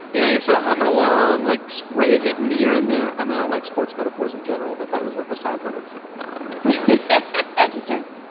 you know you're sort of humming along like spray hitting here and there. i'm out like sports metaphors in general but that was like a five hundred foot bomb right thank you sir